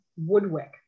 Woodwick